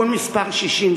את ספר החוקים הישראלי,